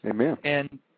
Amen